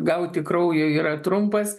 gauti kraujo yra trumpas